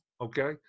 okay